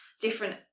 different